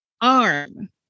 arm